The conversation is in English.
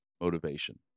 motivation